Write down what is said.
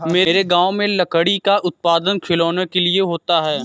मेरे गांव में लकड़ी का उत्पादन खिलौनों के लिए होता है